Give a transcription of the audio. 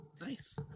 Nice